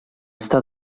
estar